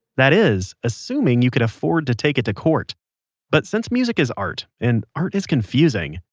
that is, assuming you could afford to take it to court but since music is art, and art is confusing,